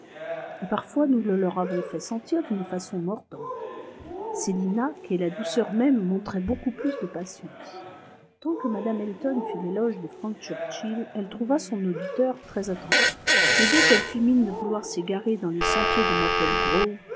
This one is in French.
et parfois nous le leur avons fait sentir d'une façon mordante célina qui est la douceur même montrait beaucoup plus de patience tant que mme elton fit l'éloge de frank churchill elle trouva son auditeur très attentif mais dès qu'elle fit mine de vouloir s'égarer dans les sentiers de maple grove